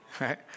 right